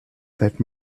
that